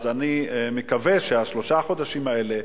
אז אני מקווה ששלושת החודשים האלה,